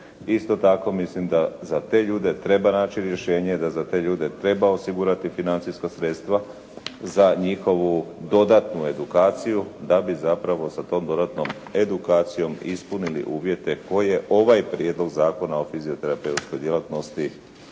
isto tako mislim da za te ljude treba naći rješenje, da za te ljude treba osigurati financijska sredstva za njihovu dodatnu edukaciju da bi zapravo sa tom dodatnom edukacijom ispunili uvjete koje ovaj Prijedlog zakona o fizioterapeutskoj djelatnosti